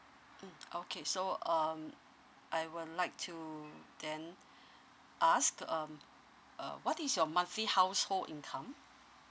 mm okay so um I would like to then ask um uh what is your monthly household income